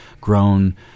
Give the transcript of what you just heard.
grown